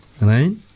Right